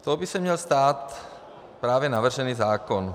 Tou by se měl stát právě navržený zákon.